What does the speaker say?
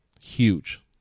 Huge